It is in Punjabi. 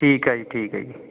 ਠੀਕ ਹੈ ਜੀ ਠੀਕ ਹੈ ਜੀ